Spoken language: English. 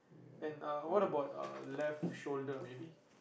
and uh what about uh left shoulder maybe